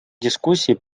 дискуссий